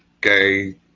gay